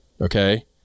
Okay